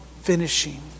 finishing